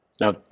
Now